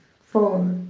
four